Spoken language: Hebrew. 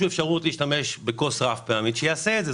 אפשרות להשתמש בכוס רב-פעמית שיעשה זאת,